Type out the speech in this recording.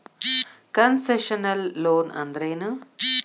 Concessional loan ಅಂದ್ರೇನು?